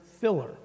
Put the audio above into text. filler